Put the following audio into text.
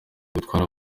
gutwara